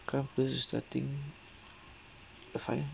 come close to starting a fight